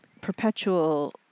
perpetual